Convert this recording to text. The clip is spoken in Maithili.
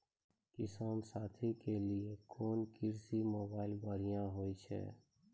किसान साथी के लिए कोन कृषि मोबाइल बढ़िया होय छै?